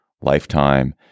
lifetime